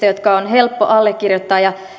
jotka on helppo allekirjoittaa peruskoulun